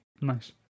nice